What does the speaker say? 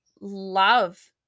love